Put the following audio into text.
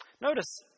Notice